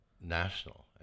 national